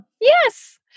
Yes